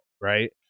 right